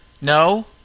No